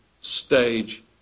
stage